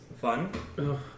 fun